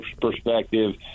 perspective